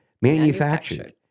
Manufactured